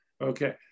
Okay